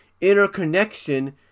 interconnection